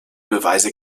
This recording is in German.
beweise